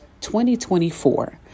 2024